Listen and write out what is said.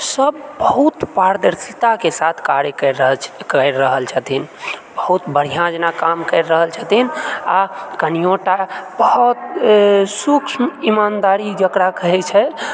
सभ बहुत पारदर्शिताके साथ कार्य कैर रह करि रहल छथिन बहुत बढ़िआँ जेना काम करि रहल छथिन आ कनियो टा बहुत सूक्ष्म इमानदारी जकरा कहैत छै